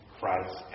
Christ